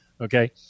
Okay